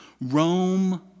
Rome